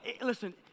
listen